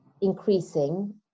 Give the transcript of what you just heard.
increasing